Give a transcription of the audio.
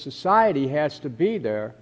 society has to be there